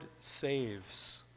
saves